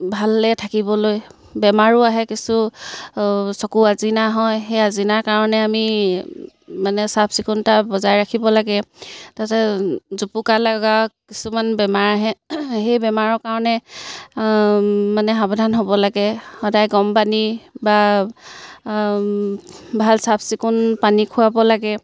ভালে থাকিবলৈ বেমাৰো আহে কিছু চকু আচিনাই নহয় সেই আচিনাইৰ কাৰণে আমি মানে চাফ চিকুণতা বজাই ৰাখিব লাগে তাৰপিছত জুপুকালগা কিছুমান বেমাৰ আহে সেই বেমাৰৰ কাৰণে মানে সাৱধান হ'ব লাগে সদায় গম পানী বা ভাল চাফ চিকুণ পানী খুৱাব লাগে